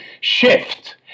shift